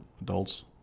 adults